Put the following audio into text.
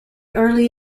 early